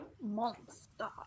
monster